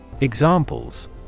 Examples